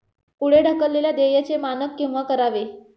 पुढे ढकललेल्या देयचे मानक केव्हा करावे?